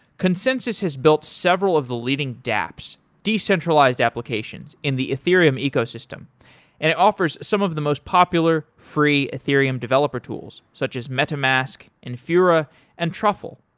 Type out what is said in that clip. consensys has built several of the leading dapps, decentralized applications, in the ethereum ecosystem and offers some of the most popular free ethereum developer tools such as metamask, infura and truffle.